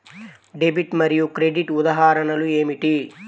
Debit మరియు credit ఉదాహరణలు ఏమిటీ?